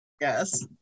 yes